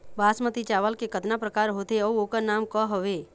बासमती चावल के कतना प्रकार होथे अउ ओकर नाम क हवे?